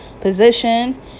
position